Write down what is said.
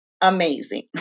amazing